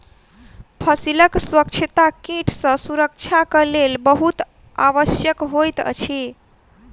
फसीलक स्वच्छता कीट सॅ सुरक्षाक लेल बहुत आवश्यक होइत अछि